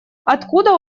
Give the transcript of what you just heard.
откуда